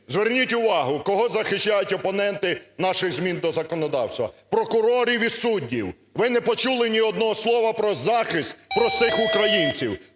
Зверніть увагу, кого захищають опоненти наших змін до законодавства – прокурорів і суддів. Ви не почули ні одного слова про захист простих українців,